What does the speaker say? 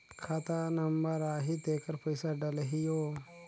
खाता नंबर आही तेकर पइसा डलहीओ?